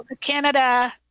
Canada